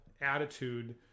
attitude